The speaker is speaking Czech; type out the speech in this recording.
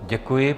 Děkuji.